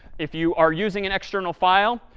if you are using an external file,